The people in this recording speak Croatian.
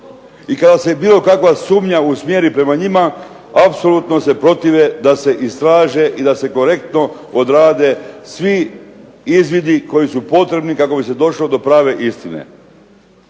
I kada se bilo kakva sumnja usmjeri prema njima apsolutno se protive da se istraže i da se korektno odrade svi izvidi koji su potrebni kako bi se došlo do prave istine.